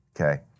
Okay